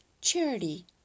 charity